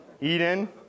Eden